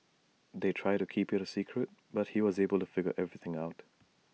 they tried to keep IT A secret but he was able to figure everything out